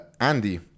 andy